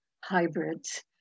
hybrids